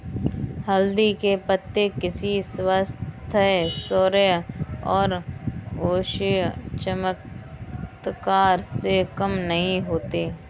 हल्दी के पत्ते किसी स्वास्थ्य, सौंदर्य और औषधीय चमत्कार से कम नहीं होते